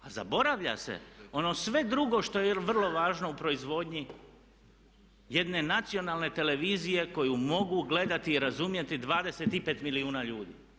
A zaboravlja se ono sve drugo što je vrlo važno u proizvodnji jedne nacionalne televizije koju mogu gledati i razumjeti 25 milijuna ljudi.